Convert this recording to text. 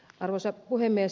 arvoisa puhemies